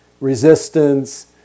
resistance